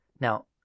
Now